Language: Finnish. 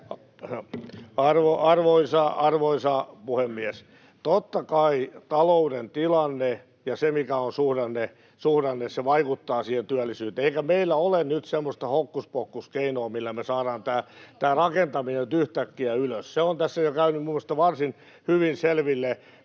Arvoisa puhemies! Totta kai talouden tilanne ja se, mikä on suhdanne, vaikuttaa siihen työllisyyteen. Eikä meillä ole nyt semmoista hokkuspokkuskeinoa, millä me saadaan tämä rakentaminen nyt yhtäkkiä ylös, se on tässä jo käynyt minusta varsin hyvin selville